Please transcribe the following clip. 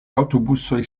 aŭtobusoj